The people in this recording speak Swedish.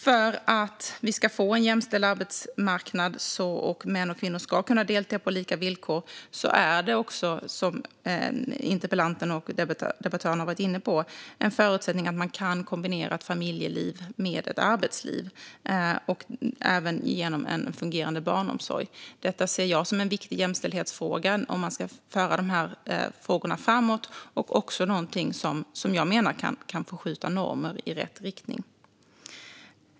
För att vi ska få en jämställd arbetsmarknad och för att män och kvinnor ska kunna delta på lika villkor är det, som interpellanten och de andra debattörerna har varit inne på, en förutsättning att man kan kombinera familjeliv med arbetsliv - även genom en fungerande barnomsorg. Detta ser jag som en viktig jämställdhetsfråga om man ska föra dessa frågor framåt. Det är också något som jag menar kan förskjuta normer i rätt riktning.